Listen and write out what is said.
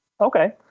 Okay